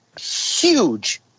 huge